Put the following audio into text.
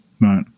Right